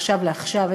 מעכשיו לעכשיו.